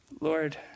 Lord